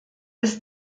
ist